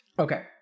Okay